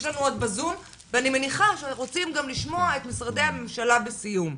יש לנו עוד בזום ואני מניחה שגם רוצים לשמוע את משרדי הממשלה בסיום.